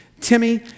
Timmy